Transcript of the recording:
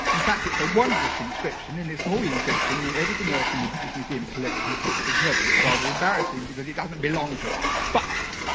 in fact, it's a wondrous inscription, and it's more interesting than everything else in the british museum collection put together. it's rather embarrassing, because it doesn't belong to us, but.